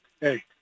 hey